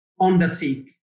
undertake